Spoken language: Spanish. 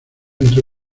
entre